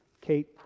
Kate